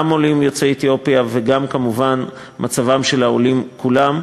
גם עולים יוצאי אתיופיה וגם כמובן מצבם של העולים כולם.